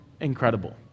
incredible